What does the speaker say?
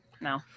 no